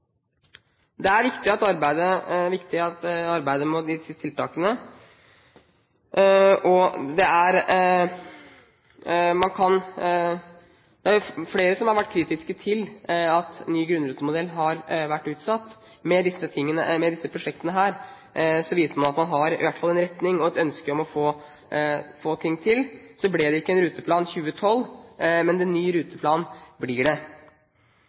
Det er viktig at det arbeides med disse tiltakene. Flere har vært kritiske til at ny grunnrutemodell har vært utsatt. Med disse prosjektene viser man at man har en retning og et ønske om å få ting til. Så ble det ikke Ruteplan 2012, men en ny ruteplan blir det.